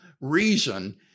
reason